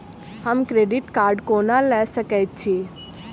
हम credit card कोना लऽ सकै छी?